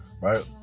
right